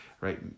right